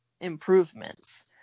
improvements